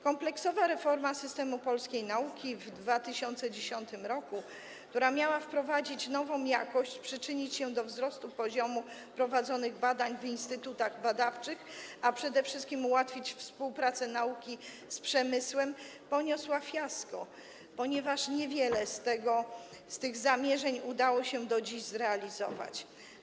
Kompleksowa reforma systemu polskiej nauki w 2010 r., która miała wprowadzić nową jakość i przyczynić się do wzrostu poziomu badań prowadzonych w instytutach badawczych, a przede wszystkim ułatwić współpracę nauki z przemysłem, poniosła fiasko, ponieważ do dziś niewiele z tych zamierzeń udało się zrealizować.